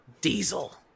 Diesel